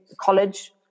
college